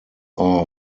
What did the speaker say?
are